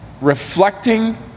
reflecting